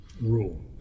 rule